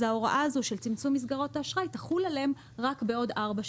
אז ההוראה הזאת של צמצום מסגרות האשראי תחול עליהם רק בעוד ארבע שנים.